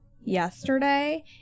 yesterday